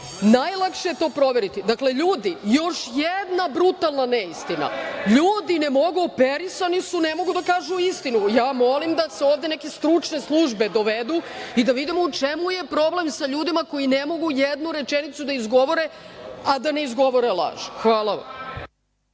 Najlakše je to proveriti. Dakle, ljudi, još jedna brutalna neistina. Ljudi ne mogu, operisani su, ne mogu da kažu istinu. Ja molim da se ovde neke stručne službe dovedu i da vidimo u čemu je problem sa ljudima koji ne mogu jednu rečenicu da izgovore, a da ne izgovore laž. Hvala vam.